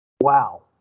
Wow